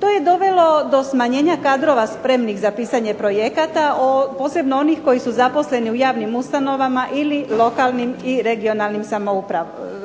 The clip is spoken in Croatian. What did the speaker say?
To je dovelo do smanjenja kadrova spremnih za pisanje projekata, posebno onih koji su zaposleni u javnim ustanovama ili lokalnim i regionalnim samoupravama.